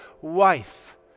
wife